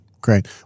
great